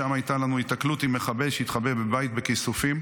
שם הייתה לנו היתקלות עם מחבל שהתחבא בבית בכיסופים.